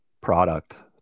product